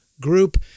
group